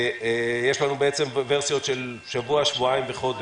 יש לנו ורסיות של שבוע, שבועיים וחודש.